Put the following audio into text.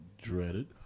dreaded